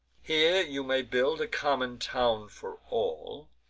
here you may build a common town for all,